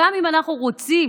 גם אם אנחנו רוצים